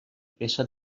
peça